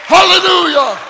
Hallelujah